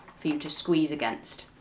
for you to squeeze against,